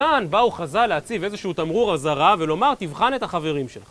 כאן באו חז"ל להציב איזשהו תמרור אזהרה, ולומר תבחן את החברים שלך